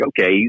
okay